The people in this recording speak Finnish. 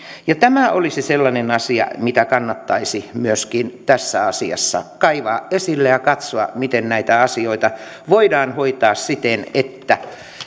tämä olisi sellainen asia mitä kannattaisi myöskin tässä asiassa kaivaa esille ja katsoa miten näitä asioita voidaan hoitaa siten että